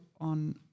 on